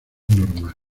normal